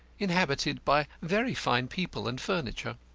inhabited by very fine people and furniture.